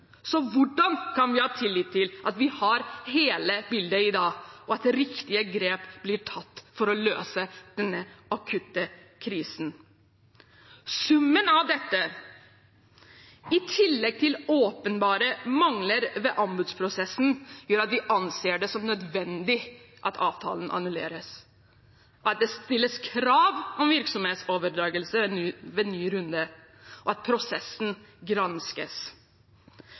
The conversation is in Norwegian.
Så hvordan kan vi ha tillit til at vi har hele bildet i dag, og at riktige grep blir tatt for å løse denne akutte krisen? Summen av dette, i tillegg til åpenbare mangler ved anbudsprosessen, gjør at vi anser det som nødvendig at avtalen annulleres, at det stilles krav om virksomhetsoverdragelse ved ny runde, og at prosessen granskes.